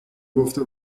گفته